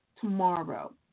tomorrow